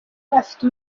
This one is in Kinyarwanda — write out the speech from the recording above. afite